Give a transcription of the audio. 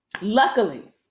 luckily